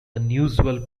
unusual